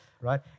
right